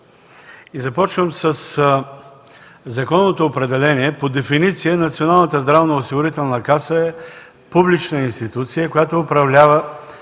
Започвам със законовото определение – по дефиниция Националната здравноосигурителна каса е публична институция, която управлява